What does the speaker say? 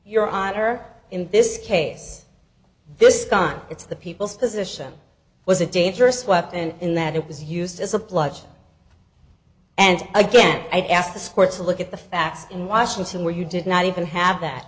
your honor in this case this gun it's the people's position was a dangerous weapon in that it was used as a bludgeon and again i'd ask the sports look at the facts in washington where you did not even have that